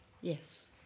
Yes